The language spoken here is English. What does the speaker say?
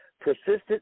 persistent